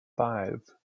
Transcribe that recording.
five